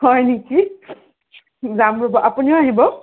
হয় নেকি যাম ৰ'ব আপুনিও আহিব